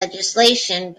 legislation